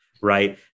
right